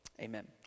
Amen